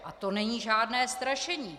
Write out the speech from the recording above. A to není žádné strašení.